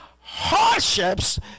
hardships